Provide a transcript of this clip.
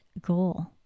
goal